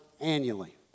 annually